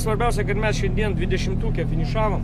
svarbiausia kad mes šiandien dvidešimtuke finišavom